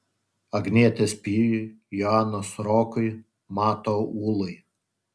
agnietės pijui joanos rokui mato ūlai